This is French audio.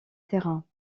terrain